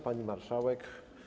Pani Marszałek!